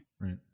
Right